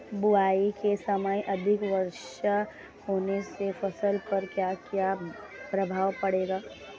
बुआई के समय अधिक वर्षा होने से फसल पर क्या क्या प्रभाव पड़ेगा?